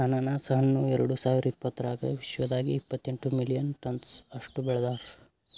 ಅನಾನಸ್ ಹಣ್ಣ ಎರಡು ಸಾವಿರ ಇಪ್ಪತ್ತರಾಗ ವಿಶ್ವದಾಗೆ ಇಪ್ಪತ್ತೆಂಟು ಮಿಲಿಯನ್ ಟನ್ಸ್ ಅಷ್ಟು ಬೆಳದಾರ್